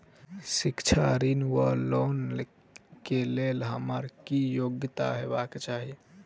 शिक्षा ऋण वा लोन केँ लेल हम्मर की योग्यता हेबाक चाहि?